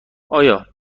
آیا